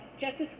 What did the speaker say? Justice